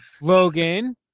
Logan